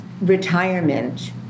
retirement